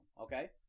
Okay